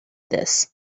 this